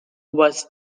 was